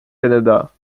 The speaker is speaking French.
canada